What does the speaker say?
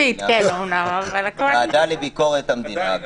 הייתה ועדה לביקורת המדינה.